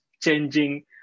changing